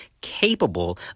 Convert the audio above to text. capable